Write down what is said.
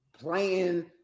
playing